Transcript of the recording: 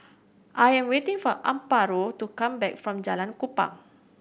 I am waiting for Amparo to come back from Jalan Kupang